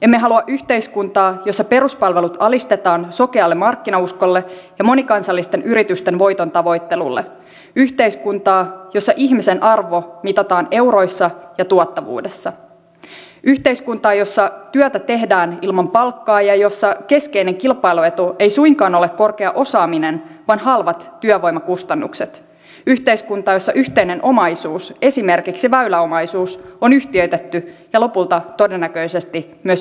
emme halua yhteiskuntaa jossa peruspalvelut alistetaan sokealle markkinauskolle ja monikansallisten yritysten voitontavoittelulle yhteiskuntaa jossa ihmisen arvo mitataan euroissa ja tuottavuudessa yhteiskuntaa jossa työtä tehdään ilman palkkaa ja jossa keskeinen kilpailuetu ei suinkaan ole korkea osaaminen vaan halvat työvoimakustannukset yhteiskuntaa jossa yhteinen omaisuus esimerkiksi väyläomaisuus on yhtiöitetty ja lopulta todennäköisesti myös yksityistetty